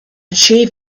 achieve